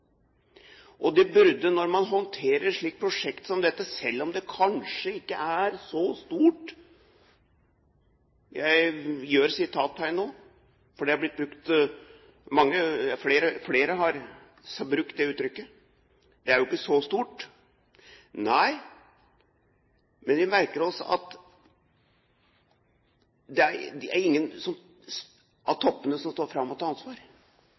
og ned. Det burde det være, når man håndterer et slikt prosjekt som dette, selv om det kanskje ikke er så «stort». Jeg viser sitattegnet nå, for flere har brukt det uttrykket, det er jo ikke så «stort». Nei, men vi merker oss at det er ingen av toppene, som hadde ansvar i de aktuelle periodene, som står fram og tar ansvar.